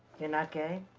you're not gay?